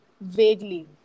vaguely